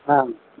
हा